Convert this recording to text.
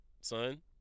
son